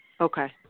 okay